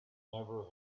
never